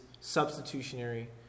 substitutionary